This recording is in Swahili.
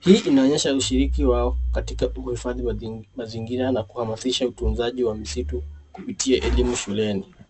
Hii inaonyesha ushiriki wao katika uhifadhi wa mazingira na kuhamsisha utunzaji wa misitu kupitia elimu shuleni.